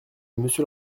monsieur